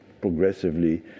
progressively